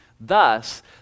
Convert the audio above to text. Thus